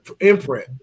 imprint